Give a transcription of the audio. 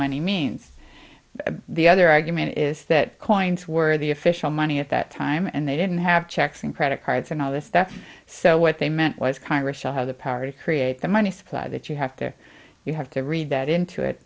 money means the other argument is that coins were the official money at that time and they didn't have checks and credit cards and all this stuff so what they meant was congress shall have the power to create the money supply that you have to you have to read that into it